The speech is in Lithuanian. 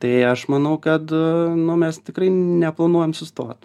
tai aš manau kad nu mes tikrai neplanuojam sustot